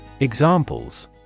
Examples